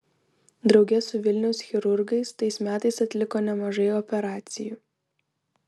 drauge su vilniaus chirurgais tais metais atliko nemažai operacijų